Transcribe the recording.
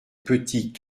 petit